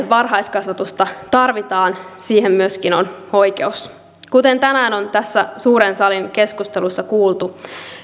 varhaiskasvatusta tarvitaan siihen myöskin on oikeus kuten tänään on tässä suuren salin keskustelussa kuultu